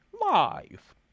Live